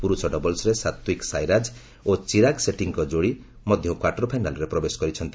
ପୁର୍ଷ ଡବଲ୍ସ୍ରେ ସାତ୍ତିକ ସାଇରାଜ ଓ ଚିରାଗ ସେଟ୍ଟିଙ୍କ ଯୋଡ଼ି ମଧ୍ୟ କ୍ୱାର୍ଟର ଫାଇନାଲ୍ରେ ପ୍ରବେଶ କରିଛନ୍ତି